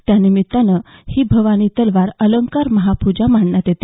त्यानिमित्ताने ही भवानी तलवार अलंकार महापूजा मांडण्यात येते